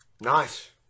Nice